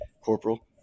Corporal